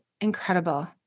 incredible